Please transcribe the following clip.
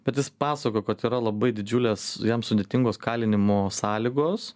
bet jis pasakojo kad yra labai didžiulės jam sudėtingos kalinimo sąlygos